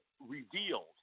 revealed